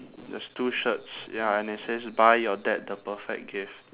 there's two shirts ya and it says buy your dad the perfect gift